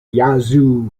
yazoo